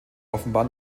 offenbar